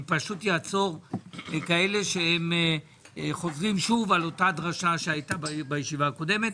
אני אעצור את אלה שחוזרים על דברים שכבר נאמרו בישיבה הקודמת.